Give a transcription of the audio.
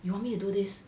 you want me to do this